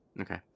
Okay